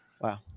Wow